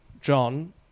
John